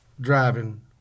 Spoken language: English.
driving